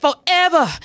forever